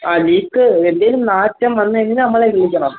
ആ ലീക്ക് എന്തേലും നാറ്റം വന്ന് കഴിഞ്ഞാൽ നമ്മളെ വിളിക്കണം